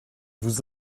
vous